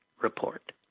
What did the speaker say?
report